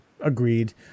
agreed